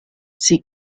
sie